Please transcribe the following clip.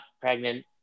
pregnant